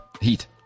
Heat